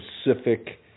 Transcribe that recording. specific